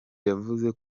yavuze